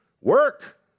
work